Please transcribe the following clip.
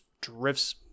drifts